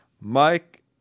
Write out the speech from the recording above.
Mike